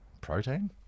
Protein